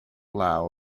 lao